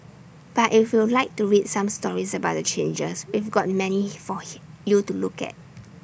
but if you'd like to read some stories about the changes we've got many he for he you to look at